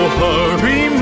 hurry